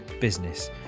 business